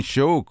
Show